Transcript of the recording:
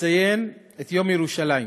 נציין את יום ירושלים.